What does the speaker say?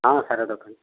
ହଁ ସାର ଦୋକାନୀ